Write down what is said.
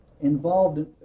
involved